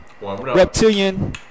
Reptilian